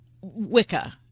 Wicca